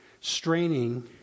straining